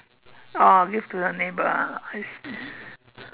oh give to the neighbour ah I see